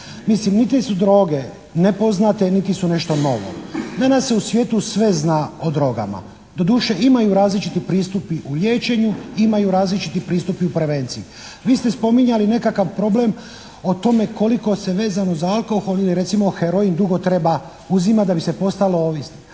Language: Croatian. niti su droge nepoznate, niti su nešto novo. Danas se u svijetu sve zna o drogama. Doduše imaju različite pristupi u liječenju, imaju različiti pristupi u prevenciji. Vi ste spominjali nekakav problem o tome koliko se vezano za alkohol ili recimo heroin dugo treba uzimati da bi se postalo ovisni.